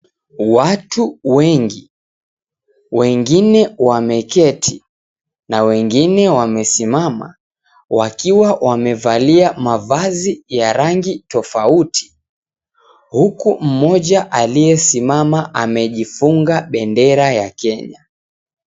Watu wengi, wengine wameketi na wengine wamesimama, wakiwa wamevalia mavazi ya rangi tofauti ,huku mmoja aliyesimama amejifunga bendera ya Kenya.